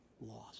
lost